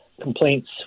complaints